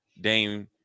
Dame